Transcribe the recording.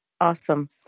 Awesome